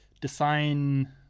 Design